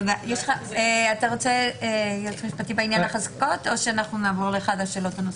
מישהו רוצה לומר משהו?